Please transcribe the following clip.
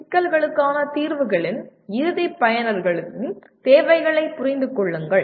சிக்கல்களுக்கான தீர்வுகளின் இறுதி பயனர்களின் தேவைகளைப் புரிந்து கொள்ளுங்கள்